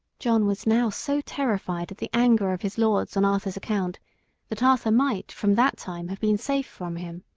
john was now so terrified at the anger of his lords on arthur's account that arthur might from that time have been safe from him.